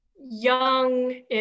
young